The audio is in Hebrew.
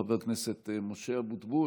חבר הכנסת משה אבוטבול,